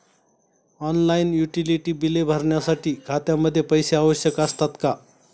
Online utility बिले भरण्यासाठी खात्यामध्ये पैसे आवश्यक असतात का?